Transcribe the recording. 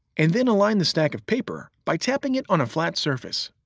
and then align the stack of paper by tapping it on a flat surface.